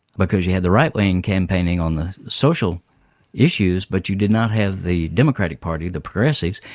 because you had the right wing campaigning on the social issues but you did not have the democratic party, the progressives,